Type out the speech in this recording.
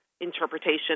interpretation